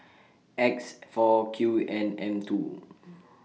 X four Q N M two